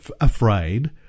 afraid